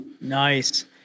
Nice